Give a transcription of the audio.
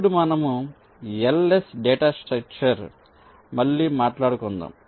ఇప్పుడు మనము LS data structure మళ్ళీ మాట్లాడుకుందాము